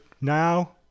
now